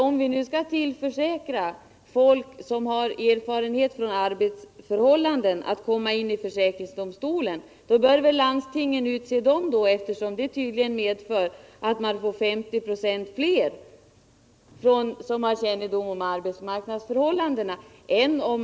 Om vi nu skall tillförsäkra folk med erfarenhet från arbetsmarknadsförhållandena att som lekmän komma in i försäkringsdomstolen, så bör väl landstingen få utse dessa eftersom det tydligen innebär att deras antal ökar med 50 926?